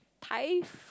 Thai